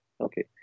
Okay